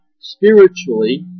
spiritually